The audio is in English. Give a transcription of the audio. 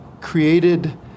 created